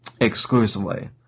exclusively